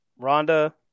Rhonda